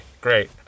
great